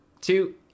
two